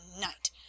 night